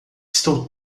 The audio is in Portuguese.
estou